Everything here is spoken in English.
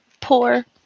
poor